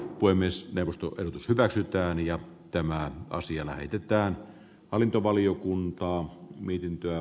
voi myös perustuen hyväksytään ja tämä asia lähetetään hallintovaliokuntaa mihin työ